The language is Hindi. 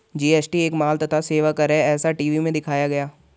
जी.एस.टी एक माल तथा सेवा कर है ऐसा टी.वी में दिखाया गया